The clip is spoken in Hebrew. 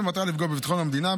במטרה לפגוע בביטחון המדינה,